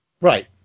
Right